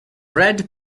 red